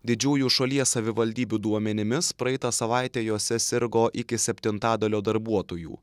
didžiųjų šalies savivaldybių duomenimis praeitą savaitę jose sirgo iki septintadalio darbuotojų